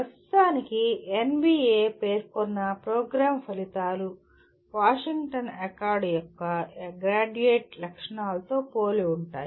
ప్రస్తుతానికి ఎన్బిఎ పేర్కొన్న ప్రోగ్రామ్ ఫలితాలు వాషింగ్టన్ అకార్డ్ యొక్క గ్రాడ్యుయేట్ లక్షణాలతో పోలి ఉంటాయి